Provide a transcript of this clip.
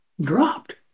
dropped